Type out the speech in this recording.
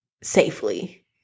safely